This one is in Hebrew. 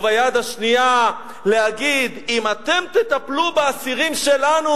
וביד השנייה להגיד: אם אתם תטפלו באסירים שלנו,